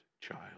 child